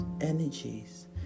energies